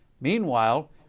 Meanwhile